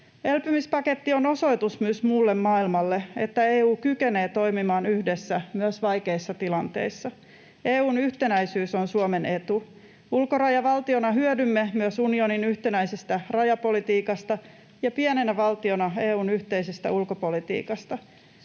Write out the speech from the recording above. Elpymispaketti on osoitus myös muulle maailmalle, että EU kykenee toimimaan yhdessä myös vaikeissa tilanteissa. EU:n yhtenäisyys on Suomen etu. Ulkorajavaltiona hyödymme myös unionin yhtenäisestä rajapolitiikasta ja pienenä valtiona EU:n yhteisestä ulkopolitiikasta.